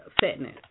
fitness